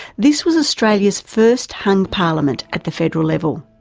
this was australia's first hung parliament at the federal level.